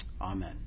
Amen